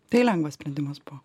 tai lengvas sprendimas buvo